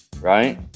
right